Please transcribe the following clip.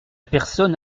personne